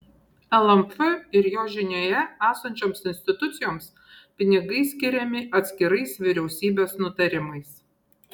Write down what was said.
lnf ir jos žinioje esančioms institucijoms pinigai skiriami atskirais vyriausybės nutarimais